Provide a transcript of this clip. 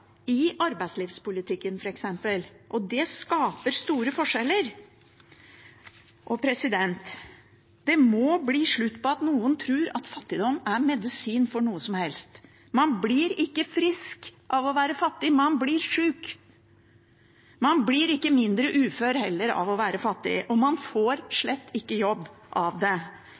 i arbeidslivspolitikken, og det skaper store forskjeller. Det må bli slutt på at noen tror at fattigdom er medisin for noe som helst. Man blir ikke frisk av å være fattig, man blir syk. Man blir heller ikke mindre ufør av å være fattig, og man får slett ikke jobb av det